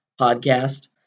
podcast